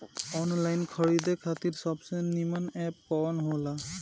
Online खरीदे खातिर सबसे नीमन एप कवन हो ला?